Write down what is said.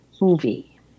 movie